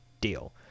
deal